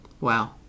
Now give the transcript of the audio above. Wow